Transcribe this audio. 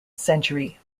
century